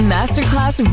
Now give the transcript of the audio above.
Masterclass